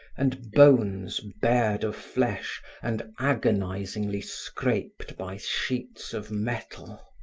and bones bared of flesh and agonizingly scraped by sheets of metal.